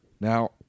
Now